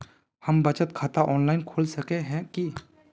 हम बचत खाता ऑनलाइन खोल सके है की?